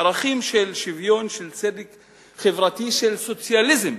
ערכים של שוויון, של צדק חברתי, של סוציאליזם,